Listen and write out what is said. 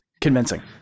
convincing